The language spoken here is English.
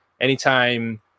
anytime